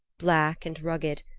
black and rugged,